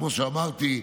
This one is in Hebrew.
כמו שאמרתי,